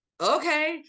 Okay